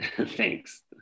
Thanks